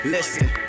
Listen